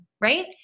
right